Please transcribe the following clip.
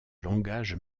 langage